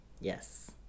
Yes